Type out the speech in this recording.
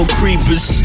creepers